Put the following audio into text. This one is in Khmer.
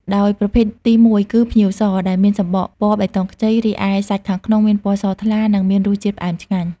ដោយប្រភេទទីមួយគឺ ផ្ញៀវស ដែលមានសំបកពណ៌បៃតងខ្ចី រីឯសាច់ខាងក្នុងមានពណ៌សថ្លា និងមានរសជាតិផ្អែមឆ្ងាញ់។